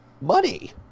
money